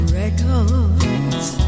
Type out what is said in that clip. records